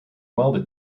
welded